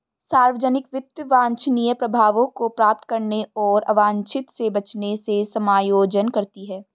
सार्वजनिक वित्त वांछनीय प्रभावों को प्राप्त करने और अवांछित से बचने से समायोजन करती है